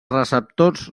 receptors